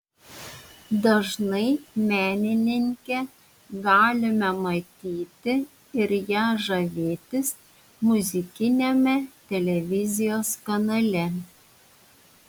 dažnai menininkę galime matyti ir ja žavėtis muzikiniame televizijos kanale